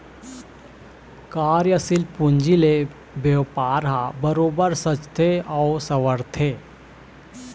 कार्यसील पूंजी ले बेपार ह बरोबर सजथे अउ संवरथे